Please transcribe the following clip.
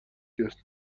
کرد